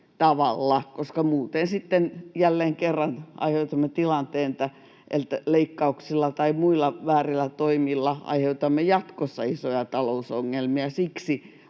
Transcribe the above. koska muuten jälleen kerran aiheutamme tilanteen, että leikkauksilla tai muilla väärillä toimilla aiheutamme jatkossa isoja talousongelmia.